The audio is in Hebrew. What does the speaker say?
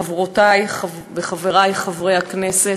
חברותי וחברי חברי הכנסת,